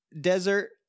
desert